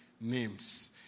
names